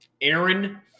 Aaron